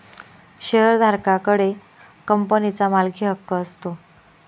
शेअरधारका कडे कंपनीचा मालकीहक्क असतो